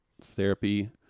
therapy